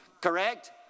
Correct